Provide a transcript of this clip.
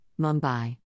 Mumbai